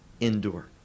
endure